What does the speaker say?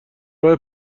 راه